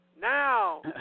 Now